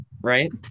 right